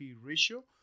ratio